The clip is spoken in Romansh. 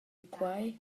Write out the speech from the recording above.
quei